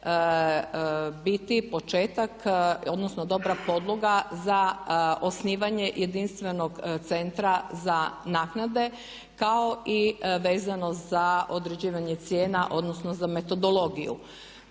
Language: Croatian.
biti početak odnosno dobra podloga za osnivanje jedinstvenog Centra za naknade kao i vezano za određivanje cijena odnosno za metodologiju.